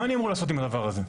מה אני אמור לעשות עם הדבר הזה?